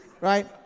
Right